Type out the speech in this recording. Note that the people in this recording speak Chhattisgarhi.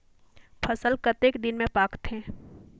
फसल कतेक दिन मे पाकथे?